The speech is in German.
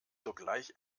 sogleich